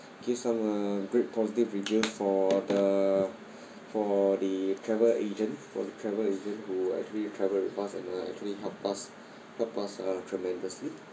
give some uh great positive review for the for the travel agent for the travel agent who actually travelled with us and uh actually help us help us uh tremendously